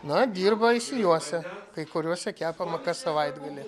na dirba išsijuosę kai kuriose kepama kas savaitgalį